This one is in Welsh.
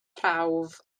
prawf